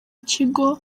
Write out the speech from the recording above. kigo